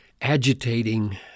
agitating